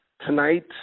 Tonight